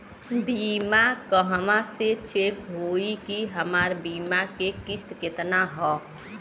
बीमा कहवा से चेक होयी की हमार बीमा के किस्त केतना ह?